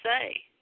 say